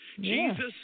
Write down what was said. Jesus